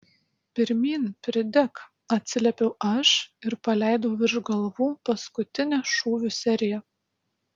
pirmyn pridek atsiliepiau aš ir paleidau virš galvų paskutinę šūvių seriją